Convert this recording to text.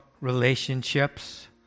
relationships